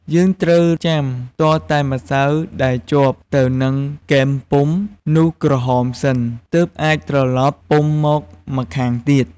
យើងត្រូវចាំទាល់តែម្សៅដែលជាប់ទៅនឹងគែមពុម្ពនោះក្រហមសិន ទើបអាចត្រឡប់ពុម្ពមកម្ខាងទៀត។